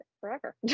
forever